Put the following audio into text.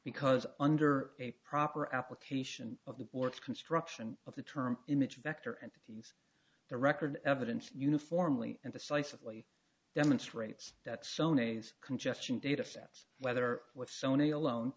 because under a proper application of the board's construction of the term image vector and to keep the record evidence uniformly and decisively demonstrates that shoney's congestion data steps whether with sony alone